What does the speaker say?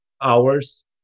hours